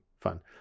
fun